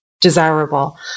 desirable